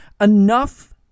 Enough